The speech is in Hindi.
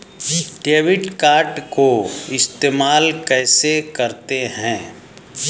डेबिट कार्ड को इस्तेमाल कैसे करते हैं?